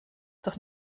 doch